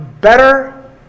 better